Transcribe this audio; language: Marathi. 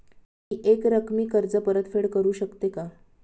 मी एकरकमी कर्ज परतफेड करू शकते का?